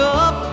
up